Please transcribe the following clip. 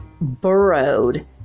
burrowed